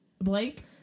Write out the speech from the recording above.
blake